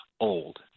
old